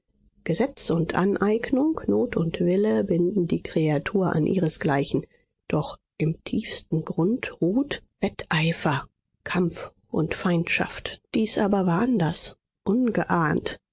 gesetz und aneignung not und wille binden die kreatur an ihresgleichen doch im tiefsten grund ruht wetteifer kampf und feindschaft dies aber war anders ungeahnt